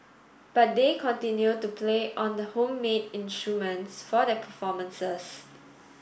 but they continue to play on the home made instruments for their performances